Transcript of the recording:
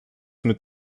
mit